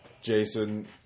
Jason